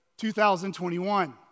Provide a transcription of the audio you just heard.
2021